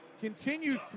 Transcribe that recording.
continue